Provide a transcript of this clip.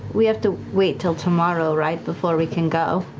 we have to wait till tomorrow, right, before we can go?